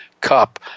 Cup